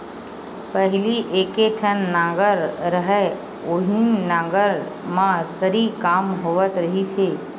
पहिली एके ठन नांगर रहय उहीं नांगर म सरी काम होवत रिहिस हे